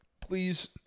please